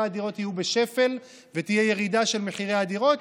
הדירות יהיו בשפל ותהיה ירידה של מחירי הדירות,